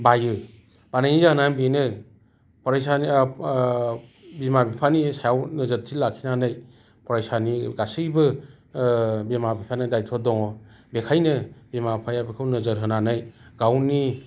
बायो बानायनि जाहोना बेनो बिमा बिफानि सायाव नोजोरथि लाखिनानै फरायसानि गासैबो बिमा बिफानि दाइद्थ' दङ बेनिखायनो बिमा बिफाया बेखौ नोजोर होनानै गावनि